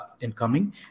incoming